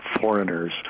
foreigners